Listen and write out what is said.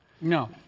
No